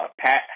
Pat